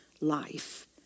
life